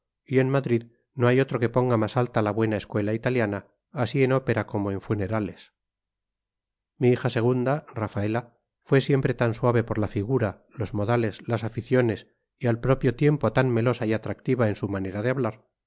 y en madrid no hay otro que ponga más alta la buena escuela italiana así en ópera como en funerales mi hija segunda rafaela fue siempre tan suave por la figura los modales las aficiones y al propio tiempo tan melosa y atractiva en su manera de hablar